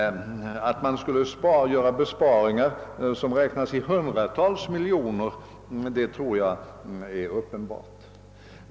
Att man skulle göra besparingar på hundratals miljoner kronor är uppenbart.